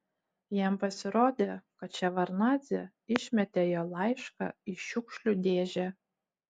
jam pasirodė kad ševardnadzė išmetė jo laišką į šiukšlių dėžę